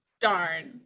Darn